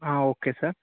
okay sir